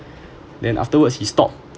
then afterwards he stopped